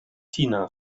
tina